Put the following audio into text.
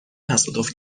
تصادف